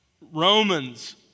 Romans